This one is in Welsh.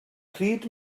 pryd